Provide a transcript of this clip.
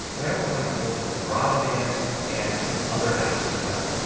but i also find a folder for garageband and some other apps as well.